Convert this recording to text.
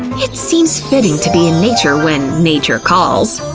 it seems fitting to be in nature when nature calls!